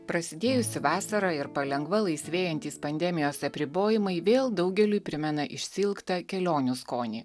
prasidėjusi vasara ir palengva laisvėjantys pandemijos apribojimai vėl daugeliui primena išsiilgtą kelionių skonį